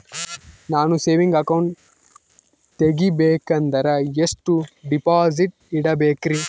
ನಾನು saving account ತೆಗಿಬೇಕಂದರ ಎಷ್ಟು ಡಿಪಾಸಿಟ್ ಇಡಬೇಕ್ರಿ?